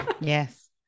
yes